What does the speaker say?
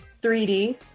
3D